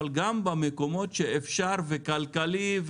אבל גם במקומות שאפשר וכלכלי,